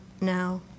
now